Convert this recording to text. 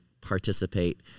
participate